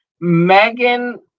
Megan